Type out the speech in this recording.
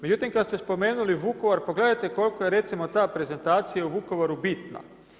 Međutim, kad ste spomenuli Vukovar, pogledajte koliko je recimo ta prezentacija o Vukovaru bitna.